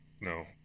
no